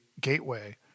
gateway